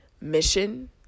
mission